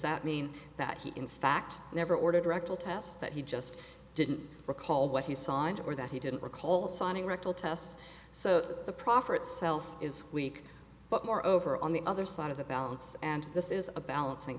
that mean that he in fact never ordered rectal tests that he just didn't recall what he signed or that he didn't recall signing rectal tests so the proffer itself is weak but more over on the other side of the balance and this is a balancing